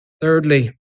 Thirdly